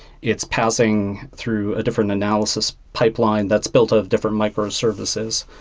it's passing through a different analysis pipeline that's built of different microservices.